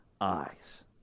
eyes